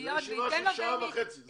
זה בערך סדר הגודל של הדרגה הראשונה.